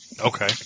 Okay